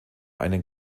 einen